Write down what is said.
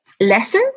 lesser